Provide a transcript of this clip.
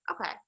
Okay